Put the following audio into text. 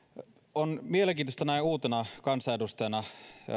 on mielenkiintoista näin uutena kansanedustajana